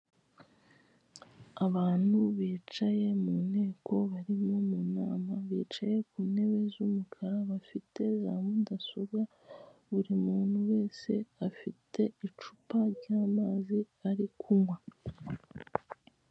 Abantu bicaye mu nteko barimo mu nama, bicaye ku ntebe z'umukara bafite za mudasobwa, buri muntu wese afite icupa ry'amazi ari kunywa.